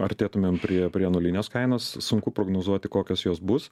artėtumėm prie prie nulinės kainos sunku prognozuoti kokios jos bus